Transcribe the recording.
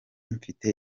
mfite